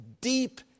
deep